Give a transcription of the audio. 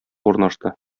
урнашты